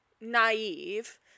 naive